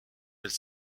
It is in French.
elle